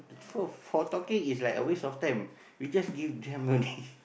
for for talking it's like a waste of time we just give them only